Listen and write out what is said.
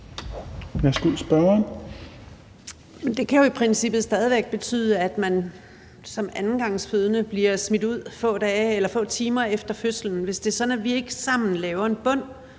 princippet stadig væk betyde, at man som andengangsfødende bliver smidt ud få timer efter fødslen, hvis det er sådan, at vi ikke sammen laver en bund,